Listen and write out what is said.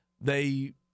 they